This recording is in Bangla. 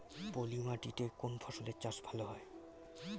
পলি মাটিতে কোন ফসলের চাষ ভালো হয়?